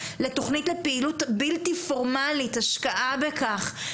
לתוכנית לפעילות בלתי פורמלית השקעה בכך,